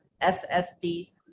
s-s-d